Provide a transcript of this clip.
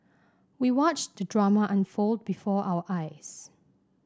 we watched the drama unfold before our eyes